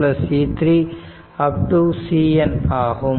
CN ஆகும்